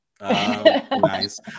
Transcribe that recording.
Nice